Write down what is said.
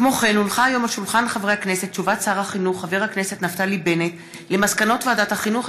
הודעת שר החינוך חבר הכנסת נפתלי בנט על מסקנות ועדת החינוך,